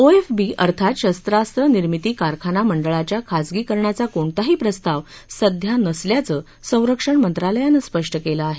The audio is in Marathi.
ओ एफ बी अर्थात शस्त्रास्त्र निर्मिती कारखाना मंडळाच्या खाजगीकरणाचा कोणताही प्रस्ताव सध्या नसल्याचं संरक्षण मंत्रालयानं स्पष्ट केलं आहे